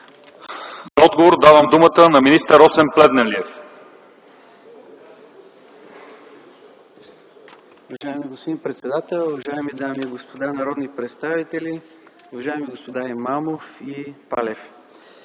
За отговор давам думата на министър Росен Плевнелиев.